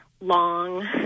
long